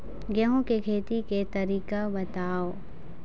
गेहूं के खेती के तरीका बताव?